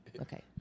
Okay